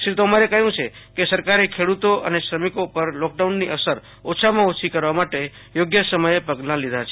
શ્રી તોમરે કહ્યું છે કે સરકારે ખેડૂતો અને શ્રમિકો પર લોકડાઉનની અસર ઓછામાં ઓછી કરવા માટે યોગ્ય સમયે પગલા લીધા છે